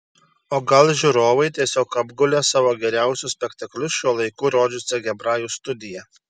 o gal žiūrovai tiesiog apgulė savo geriausius spektaklius šiuo laiku rodžiusią hebrajų studiją